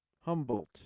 Humboldt